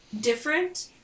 different